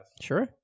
sure